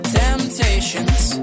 temptations